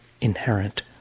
inherent